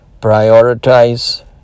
prioritize